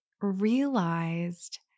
realized